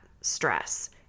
stress